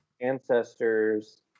ancestors